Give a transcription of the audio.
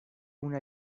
una